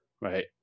right